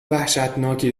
وحشتناکی